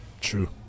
True